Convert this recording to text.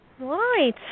Right